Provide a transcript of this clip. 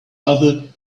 other